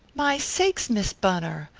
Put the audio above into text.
my sakes, miss bunner!